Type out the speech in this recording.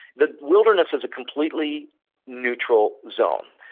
the wilderness is a completely neutral zone.